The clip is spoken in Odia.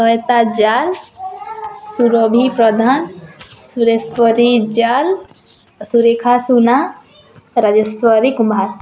ଶ୍ଵେତା ଜାଲ ସୁରଭି ପ୍ରଧାନ ସୁରେଶ ପରିଜାଲ ସୁରେଖା ସୁନା ରାଜେଶ୍ୱରୀ କୁମ୍ଭାଟ